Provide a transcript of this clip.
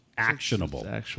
actionable